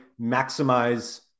maximize